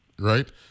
right